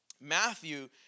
Matthew